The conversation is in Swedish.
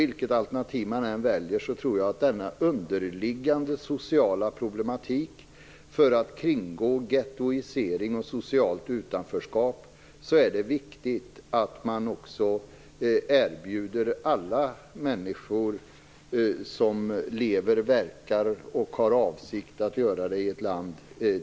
Vilket alternativ man än väljer tror jag att det är viktigt att man också, för att kringgå de underliggande sociala problemen med gettoisering och socialt utanförskap, erbjuder demokratiska rättigheter till alla människor som lever, verkar och har för avsikt att göra det i ett land.